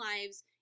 lives